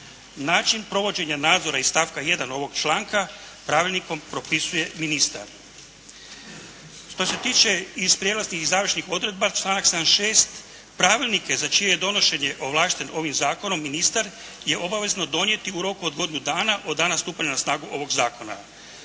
Način provođenja nadzora iz stavka 1. ovog članka pravilnikom propisuje ministar. Što se tiče prijelaznih i završnih odredbi članak 76. pravilnike za čije je donošenje ovlašten ovim zakonom ministar je obavezno donijeti u roku od godinu dana od dana stupanja na snagu ovog zakona.